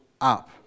up